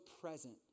present